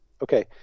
Okay